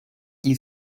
you